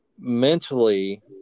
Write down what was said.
mentally